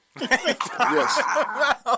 Yes